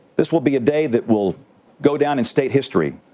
this will be a day that will go down in state history.